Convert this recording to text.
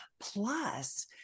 Plus